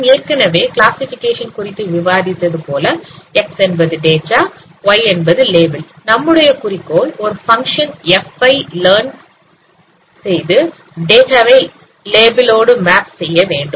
நாம் ஏற்கனவே கிளாசிஃபிகேஷன் குறித்து விவாதித்தது போல x என்பது டேட்டா y என்பது லேபிள் நம்முடைய குறிக்கோள் ஒரு பங்க்ஷன் f ஐ லர்ன் டேட்டாவை லேபிள் ஓடு மேப் செய்ய வேண்டும்